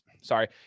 Sorry